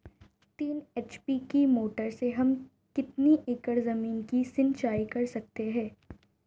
तीन एच.पी की मोटर से हम कितनी एकड़ ज़मीन की सिंचाई कर सकते हैं?